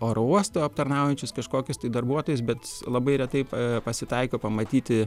oro uosto aptarnaujančius kažkokius tai darbuotojus bet labai retai pasitaiko pamatyti